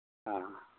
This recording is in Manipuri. ꯑ